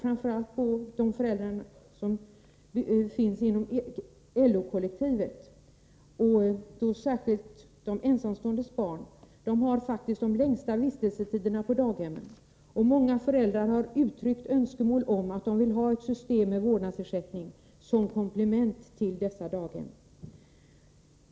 Barn till föräldrar inom LO-kollektivet, och då särskilt de ensamståendes barn, har faktiskt de längsta vistelsetiderna på daghemmen. Många föräldrar har uttryckt önskemål om ett system med vårdnadsersättning som komplement till daghemmen.